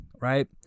right